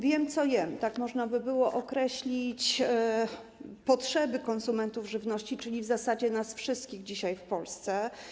Wiem, co jem - tak można by było określić potrzeby konsumentów żywności, czyli w zasadzie nas wszystkich dzisiaj w Polsce.